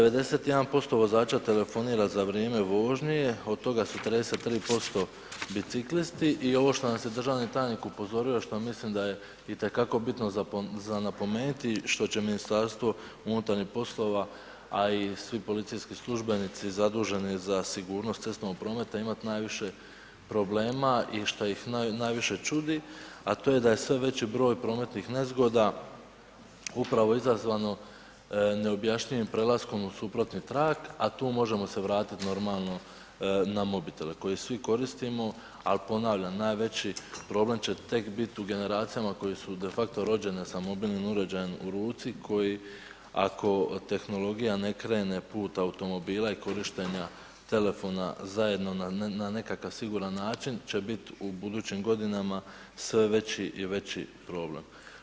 91% vozača telefonira za vrijeme vožnje, od toga su 43% biciklisti i ovo što nas je državni tajnik upozorio, što mislim da je itekako bitno za napomenuti, što će MUP, a i svi policijski službenici zaduženi za sigurnost cestovnog prometa imati najviše problema i što ih najviše čudi a to je da je sve veći broj prometnih nezgoda upravo izazvano neobjašnjivim prelaskom u suprotni trak, a tu možemo se vratiti normalno na mobitele koje svi koristimo, al' ponavljam najveći problem će tek biti u generacijama koje su de facto rođene sa mobilnim uređajem u ruci koji ako tehnologija ne krene put automobila i korištenja telefona zajedno na nekakav siguran način će bit u budućim godinama sve veći i veći problem.